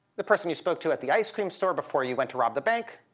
the person you spoke to at the ice cream store before you went to rob the bank,